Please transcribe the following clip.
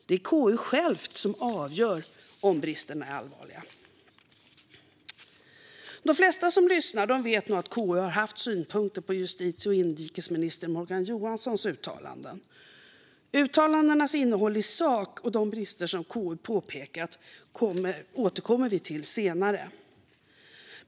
Det är KU självt som avgör om bristerna är allvarliga. De flesta som lyssnar vet nog att KU har haft synpunkter på justitie och inrikesminister Morgan Johanssons uttalanden. Uttalandenas innehåll i sak och de brister som KU har funnit återkommer vi till senare.